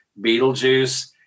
Beetlejuice